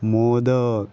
modak